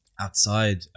outside